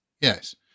Yes